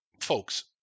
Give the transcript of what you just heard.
Folks